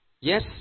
Yes